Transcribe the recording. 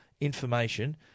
information